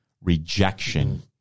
rejection